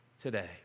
today